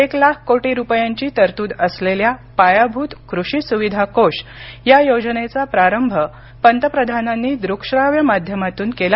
एक लाख कोटी रुपयांची तरतूद असलेल्या पायाभूत कृषी स्विधा कोष या योजनेचा प्रारंभ पंतप्रधानांनी द्रकश्राव्य माध्यमातून केला